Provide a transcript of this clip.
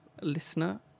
listener